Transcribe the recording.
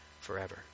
forever